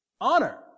honor